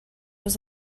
was